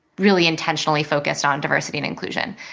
really intentionally focused on diversity and inclusion.